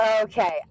Okay